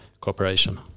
cooperation